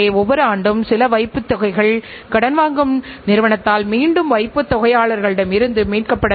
நிதி அல்லது பணம் சார்புள்ள அடிப்படையில்தான் நிர்வாகத்தால் முடிவுகளை எடுக்க முடியும்